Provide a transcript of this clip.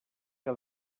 que